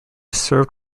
served